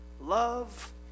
love